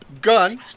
Gun